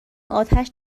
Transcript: آتش